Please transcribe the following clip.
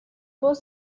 was